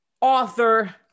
author